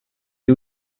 est